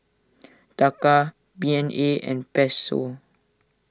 Taka B N A and Peso